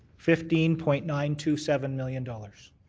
fifteen point nine two seven million dollars.